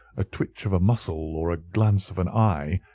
a twitch of a muscle or a glance of an eye,